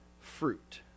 fruit